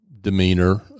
demeanor